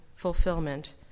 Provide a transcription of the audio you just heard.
fulfillment